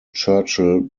churchill